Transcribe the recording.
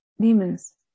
demons